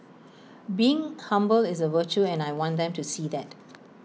being humble is A virtue and I want them to see that